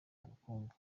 bukungu